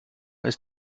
ist